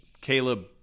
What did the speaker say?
Caleb